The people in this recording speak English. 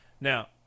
Now